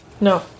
no